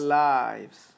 lives